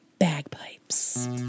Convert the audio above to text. bagpipes